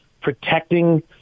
protecting